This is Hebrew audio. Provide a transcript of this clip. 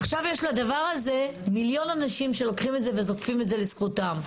עכשיו יש לדבר הזה מיליון אנשים שלוקחים את זה וזוקפים את זה לזכותם.